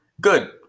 Good